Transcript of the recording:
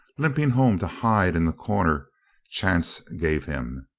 limping home to hide in the corner chance gave him.